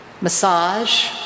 massage